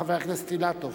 חבר הכנסת אילטוב?